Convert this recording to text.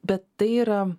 bet tai yra